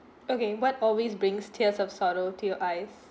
okay what always brings tears of sorrow to your eyes